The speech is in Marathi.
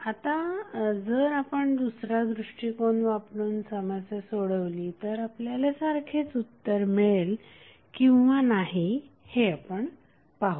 आता जर आपण दुसरा दृष्टिकोन वापरून ही समस्या सोडवली तर आपल्याला सारखेच उत्तर मिळेल किंवा नाही हे आपण पाहूया